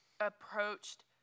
approached